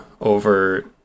over